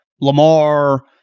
Lamar